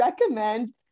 recommend